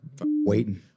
waiting